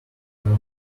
while